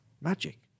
magic